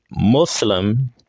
Muslim